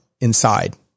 inside